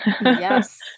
Yes